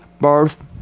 birth